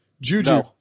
Juju